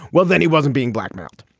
well, then he wasn't being blackmailed.